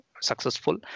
successful